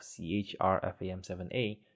CHRFAM7A